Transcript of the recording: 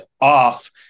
off